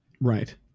Right